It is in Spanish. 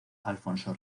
alfonso